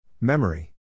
Memory